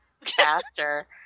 faster